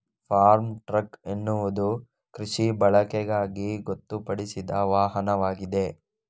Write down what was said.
form truck ಎನ್ನುವುದು ಕೃಷಿ ಬಳಕೆಗಾಗಿ ಗೊತ್ತುಪಡಿಸಿದ ವಾಹನವಾಗಿದೆ